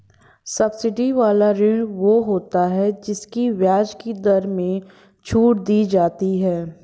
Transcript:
subsidy वाला ऋण वो होता है जिसकी ब्याज की दर में छूट दी जाती है